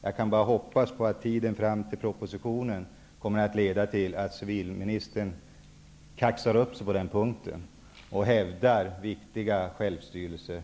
Jag kan bara hoppas att tiden fram till propositionen kan främja att civilministern ''kaxar upp sig'' på den punkten, så att hon kan hävda viktiga självstyrelsevärden.